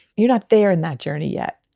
you're not there in that journey yet.